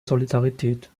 solidarität